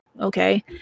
okay